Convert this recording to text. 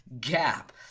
gap